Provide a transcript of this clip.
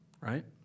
right